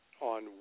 on